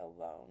alone